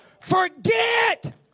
forget